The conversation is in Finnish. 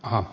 oho